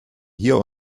hier